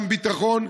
גם ביטחון.